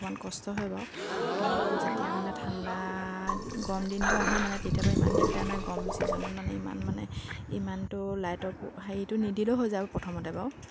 অকণমান কষ্ট হয় বাৰু কিন্তু যেতিয়া মানে ঠাণ্ডা গৰম দিনটো আহে মানে তেতিয়া বাৰু ইমান দিগদাৰ নাই গৰম ছিজনত মানে ইমান মানে ইমানটো লাইটৰ হেৰিটো নিদিলেও হৈ যায় আৰু প্ৰথমতে বাৰু